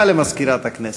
הכנסת,